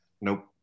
Nope